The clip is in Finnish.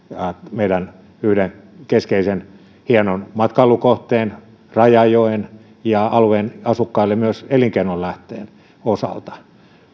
meidän yhden keskeisen hienon matkailukohteen rajajoen ja alueen asukkaille myös elinkeinonlähteen osalta